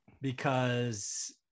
because-